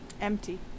empty